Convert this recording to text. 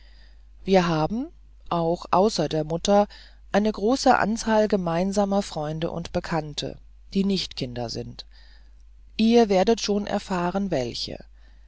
wir haben auch außer der mutter eine große anzahl gemeinsamer freunde und bekannte die nicht kinder sind ihr werdet schon erfahren welche